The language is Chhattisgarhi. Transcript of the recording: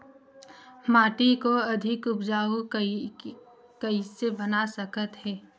माटी को अधिक उपजाऊ कइसे बना सकत हे?